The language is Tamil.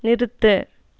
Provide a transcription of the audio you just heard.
நிறுத்து